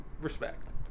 respect